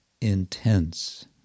intense